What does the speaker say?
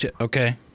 Okay